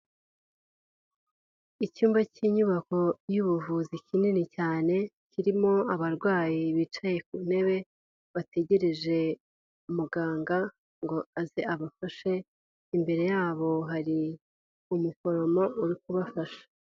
Icyumba cy'inyubako y'ubuvuzi kinini cyane kirimo abarwayi bicaye ku ntebe bategereje muganga ngo aze abafashe imbere yabo hari umuforomo uri kubafasha.